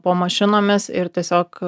po mašinomis ir tiesiog